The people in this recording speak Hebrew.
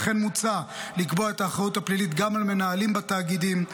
לכן מוצע לקבוע את האחריות הפלילית גם על מנהלים בתאגידים.